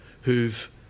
who've